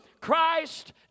Christ